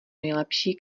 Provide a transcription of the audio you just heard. nejlepší